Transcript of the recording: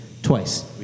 Twice